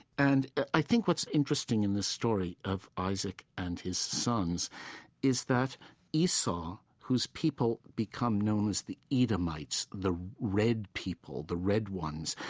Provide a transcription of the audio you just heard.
and i think what's interesting in this story of isaac and his sons is that esau, whose people become known as the edomites, the red people, the red ones,